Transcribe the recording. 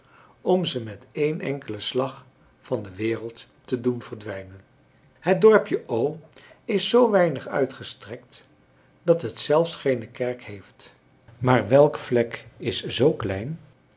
om ze met een enkelen slag van de wereld te doen verdwijnen het dorpje o is zoo weinig uitgestrekt dat het zelfs geene kerk heeft maar welk vlek is zoo klein